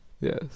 Yes